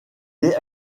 est